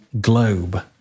globe